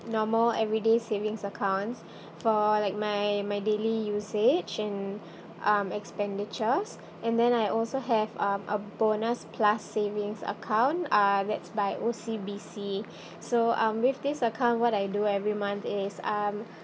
normal everyday savings accounts for like my my daily usage and um expenditures and then I also have uh a bonus plus savings account uh that's by O_C_B_C so um with this account what I do every month is um